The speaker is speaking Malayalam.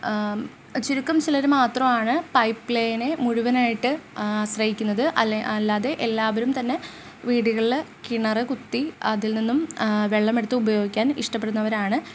ചുരുക്കം ചിലർ മാത്രമാണ് പൈപ്പ് ലൈനെ മുഴുവനായിട്ട് ആശ്രയിക്കുന്നത് അല്ലേ അല്ലാതെ എല്ലാവരും തന്നെ വീടുകളിൽ കിണറ് കുത്തി അതിൽനിന്നും വെള്ളം എടുത്തു ഉപയോഗിക്കാൻ ഇഷ്ടപ്പെടുന്നവരാണ്